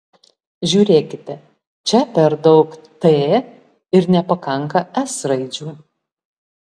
žiūrėkite čia per daug t ir nepakanka s raidžių